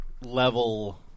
level